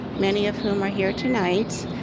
many of whom are here tonight,